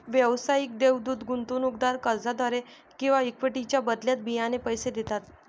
व्यावसायिक देवदूत गुंतवणूकदार कर्जाद्वारे किंवा इक्विटीच्या बदल्यात बियाणे पैसे देतात